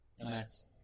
Nice